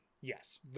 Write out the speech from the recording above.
Yes